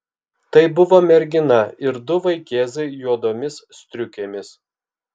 tai buvo mergina ir du vaikėzai juodomis striukėmis